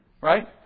right